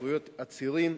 זכויות עצירים,